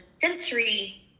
sensory